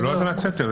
זאת לא האזנת סתר.